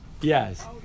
Yes